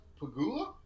Pagula